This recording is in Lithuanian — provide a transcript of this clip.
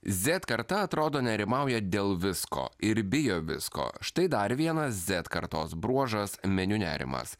zet karta atrodo nerimauja dėl visko ir bijo visko štai dar vienas zet kartos bruožas meniu nerimas